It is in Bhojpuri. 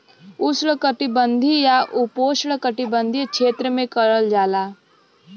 उष्णकटिबंधीय या उपोष्णकटिबंधीय क्षेत्र में करल जाला